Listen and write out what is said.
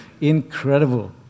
Incredible